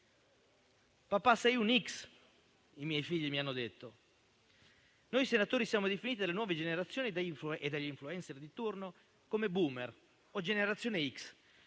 "Papà sei un X", mi hanno detto i miei figli. Noi senatori siamo definiti dalle nuove generazioni e dagli *influencer* di turno come *boomer* o generazione X,